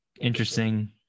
interesting